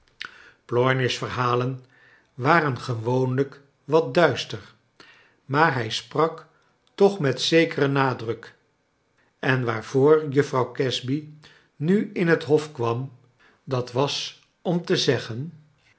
dickens plornish's verhalen waren gewoonlijk wat duister maar hij sprak toch met zekeren nadruk en waarvoor juffrouw casby nu in het hof kwam dat was om te zeggen